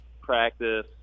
practice